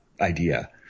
idea